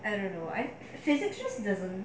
I don't know I physics just doesn't